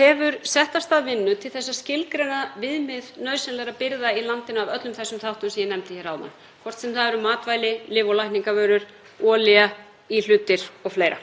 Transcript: hefur sett af stað vinnu til að skilgreina viðmið nauðsynlegra birgða í landinu af öllum þessum þáttum sem ég nefndi hér áðan, hvort sem það eru matvæli, lyf- og lækningavörur, olía, íhlutir og fleira.